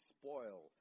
spoil